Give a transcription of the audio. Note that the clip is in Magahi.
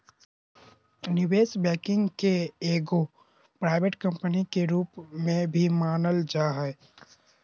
निवेश बैंकिंग के एगो प्राइवेट कम्पनी के रूप में भी मानल जा हय